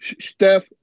Steph